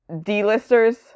D-listers